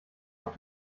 auf